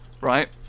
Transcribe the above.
right